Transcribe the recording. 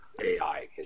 AI